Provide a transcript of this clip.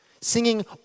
Singing